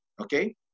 okay